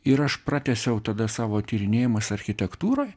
ir aš pratęsiau tada savo tyrinėjamas architektūroj